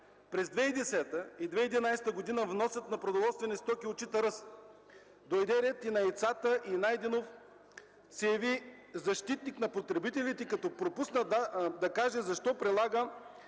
През 2010 и 2011 г. вносът на продоволствени стоки отчита ръст! Дойде ред и на яйцата, и Найденов се яви защитник на потребителите, като пропусна да каже защо прилага